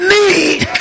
need